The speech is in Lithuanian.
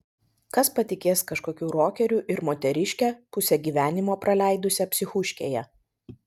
kas patikės kažkokiu rokeriu ir moteriške pusę gyvenimo praleidusia psichuškėje